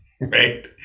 right